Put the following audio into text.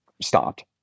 stopped